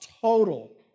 total